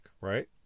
right